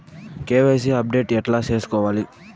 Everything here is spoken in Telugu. కె.వై.సి అప్డేట్ ఎట్లా సేసుకోవాలి?